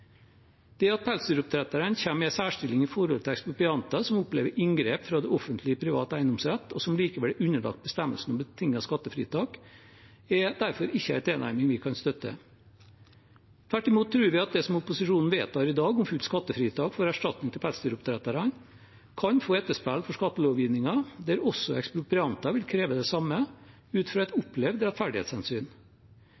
Det at pelsdyroppdretterne kommer i en særstilling i forhold til eksproprianter som opplever inngrep fra det offentlige i privat eiendomsrett, og som likevel er underlagt bestemmelsen om betinget skattefritak, er derfor ikke en tilnærming vi kan støtte. Tvert imot tror vi at det som opposisjonen vedtar i dag om fullt skattefritak for erstatning til pelsdyroppdretterne, kan få etterspill for skattelovgivningen der også eksproprianter vil kreve det samme, ut fra et